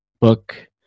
book